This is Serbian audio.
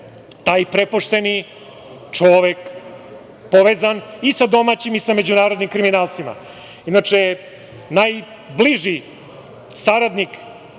taj prepošteni čovek, povezan i sa domaćim i sa međunarodnim kriminalcima. Inače, najbliži saradnik